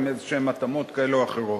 עם איזה התאמות כאלה או אחרות.